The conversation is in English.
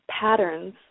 patterns